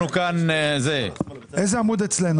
תפעול מטה בארץ.